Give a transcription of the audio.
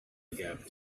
gap